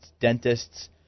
dentists